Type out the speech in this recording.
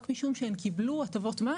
רק משום שהם קיבלו הטבות מס